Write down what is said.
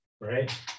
right